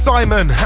Simon